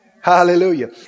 Hallelujah